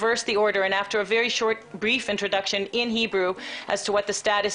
הסדר ואחרי הקדמה קצרה מאוד בעברית לגבי הסטטוס